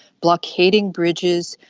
blockading bridges,